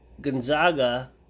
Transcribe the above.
Gonzaga